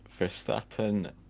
Verstappen